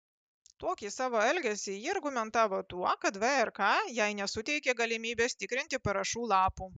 tokį savo elgesį ji argumentavo tuo kad vrk jai nesuteikė galimybės tikrinti parašų lapų